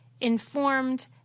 informed